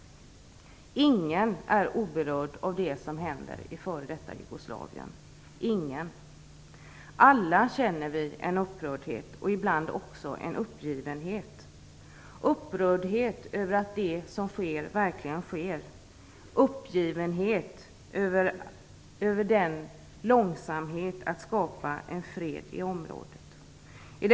Ingen är oberörd av det som sker i f.d. Jugoslavien. Alla känner vi en upprördhet, ibland också en uppgivenhet, upprördhet över att det som sker verkligen sker, uppgivenhet över hur långsamt det går att skapa fred i området.